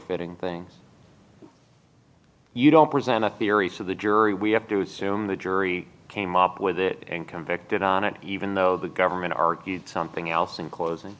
fitting things you don't present a theory to the jury we have to assume the jury came up with it and convicted on it even though the government argued something else in closing